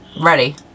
Ready